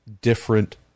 different